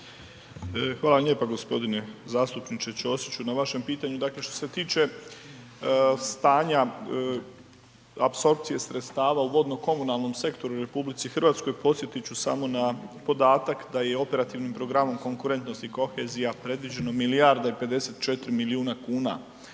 Hvala vam lijepa g. zastupniče Ćosiću na vašem pitanju. Dakle, što se tiče stanja apsorpcije sredstava u vodno komunalnom sektoru u RH, podsjetit ću samo na podatak da je operativnim programom konkurentnosti i kohezija predviđeno milijarda i 54 milijuna kuna